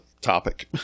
topic